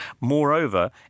moreover